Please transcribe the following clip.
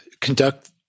conduct